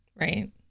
right